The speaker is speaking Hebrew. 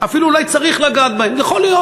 אפילו אולי צריך לגעת בהן, יכול להיות.